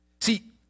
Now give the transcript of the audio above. See